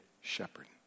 shepherd